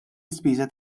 ispiża